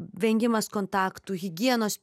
vengimas kontaktų higienos